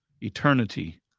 eternity